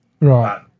Right